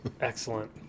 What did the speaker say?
Excellent